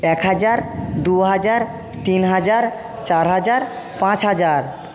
এক হাজার দু হাজার তিন হাজার চার হাজার পাঁচ হাজার